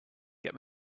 get